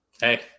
hey